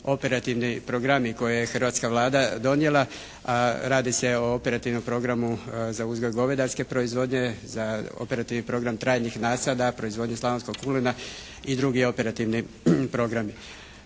operativni programi koje je hrvatska Vlada donijela, a radi se o operativnom programu za uzgoj govedarske proizvodnje, za operativni program trajnih nasada, proizvodnju slavonskog kulena i drugi operativni programi.